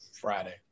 Friday